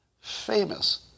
famous